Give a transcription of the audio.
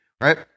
right